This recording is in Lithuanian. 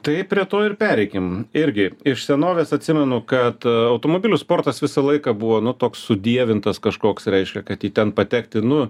taip prie to ir pereikim irgi iš senovės atsimenu kad automobilių sportas visą laiką buvo nu toks sudievintas kažkoks reiškia kad į ten patekti nu